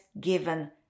given